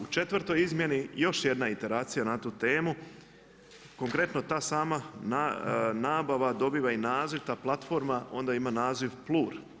U četvrtoj izmjeni još jedna iteracija na tu temu, konkretno ta sama nabava dobiva i naziv, ta platforma onda ima naziv PLUR.